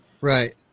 Right